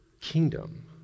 kingdom